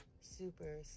Super